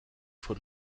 von